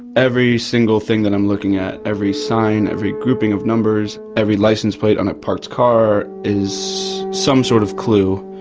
every single thing that i'm looking at, every sign, every grouping of numbers, every license plate on a parked car is some sort of clue.